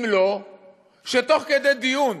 אם לא שתוך כדי דיון